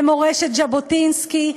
למורשת ז'בוטינסקי.